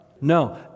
No